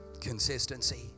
Consistency